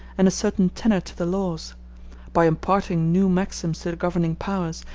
and a certain tenor to the laws by imparting new maxims to the governing powers,